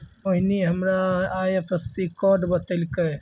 मोहिनी हमरा IFSC code बतैलकै